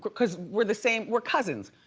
cause we're the same. we're cousins.